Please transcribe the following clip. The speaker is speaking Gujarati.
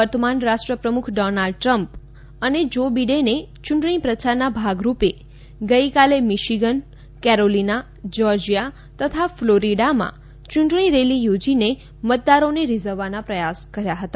વર્તમાન રાષ્ટ્ર પ્રમુખ ડોનાલ્ડ ટ્રમ્પ અને જો બીડેને ચૂંટણી પ્રચારના ભાગરૂપે ગઈકાલે મીશીગન કેરોલીના શ્યોર્જિયા તથા ફ્લોરીડામાં ચૂંટણી રેલી યોજીને મતદારોને રીઝવવાના પ્રયાસ કર્યા હતા